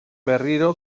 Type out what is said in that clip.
berriro